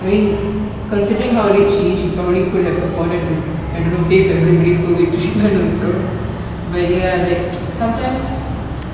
I mean considering how rich she is she probably could have afforded to I don't know pay for everybody's COVID treatment also but ya like sometimes